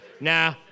Nah